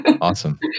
Awesome